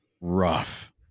rough